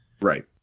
Right